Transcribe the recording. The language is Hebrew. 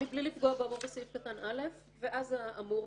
"מבלי לפגוע באמור בסעיף קטן (א)" --- בסדר,